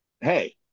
Hey